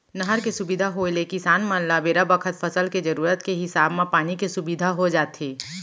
नहर के सुबिधा होय ले किसान मन ल बेरा बखत फसल के जरूरत के हिसाब म पानी के सुबिधा हो जाथे